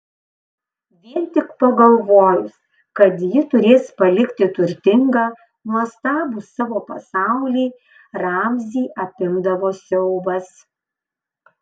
vien tik pagalvojus kad ji turės palikti turtingą nuostabų savo pasaulį ramzį apimdavo siaubas